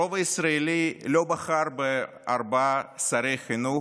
הרוב הישראלי לא בחר בארבעה שרי חינוך,